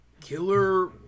killer